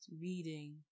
reading